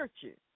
churches